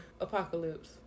apocalypse